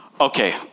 okay